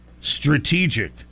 strategic